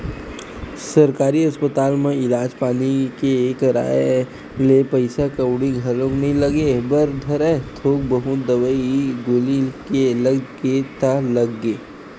सरकारी अस्पताल म इलाज पानी के कराए ले पइसा कउड़ी घलोक नइ लगे बर धरय थोक बहुत दवई गोली के लग गे ता लग गे